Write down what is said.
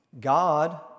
God